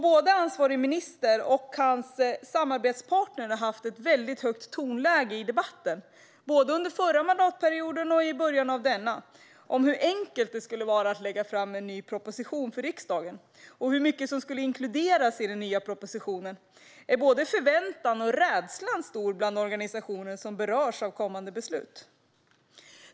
Både ansvarig minister och hans samarbetspartner har haft ett väldigt högt tonläge i debatten, både under förra mandatperioden och i början av denna, om hur enkelt det skulle vara att lägga fram en ny proposition för riksdagen och hur mycket som skulle inkluderas i den nya propositionen. Därför är både förväntan och rädslan stor bland de organisationer som berörs av det kommande beslutet.